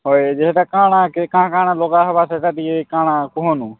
ହଏ ଯେ ସେଟା କାଣ କାଣ କାଣ ଲଗା ହବା ସେଟା ଟିକେ କାଣା କୁହନୁ